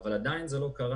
אבל עדיין זה לא קורה.